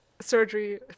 Surgery